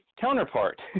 counterpart